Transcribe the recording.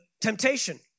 temptation